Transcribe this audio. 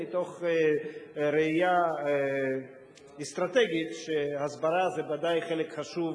מתוך ראייה אסטרטגית שהסברה זה בוודאי חלק חשוב,